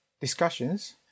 discussions